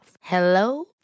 Hello